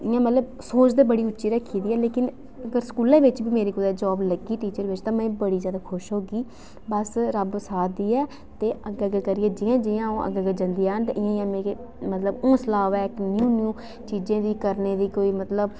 इ'यां मतलब सोच ते बड़ी उ'च्ची रक्खी दी ऐ लेकिन अगर स्कूलै बिच बी मेरी कु'तै जॉब लग्गी टीचर बिच ते में बड़ी ज़्यादा खुश होगी बस रब्ब साथ देऐ ते अग्गे अग्गे करियै जि'यां जि'यां अ'ऊं अग्गे अग्गे जंदी जाह्ङ ते इ'यां इ'यां मिगी मतलब हौसला आवै इक न्यू न्यू चीजे दी करने दी कोई मतलब